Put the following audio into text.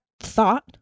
thought